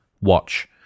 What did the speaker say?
watch